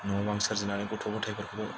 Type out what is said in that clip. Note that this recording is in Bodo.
न' बां सोरजिनानै गथ' गथायफोरखौबो